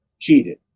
cheated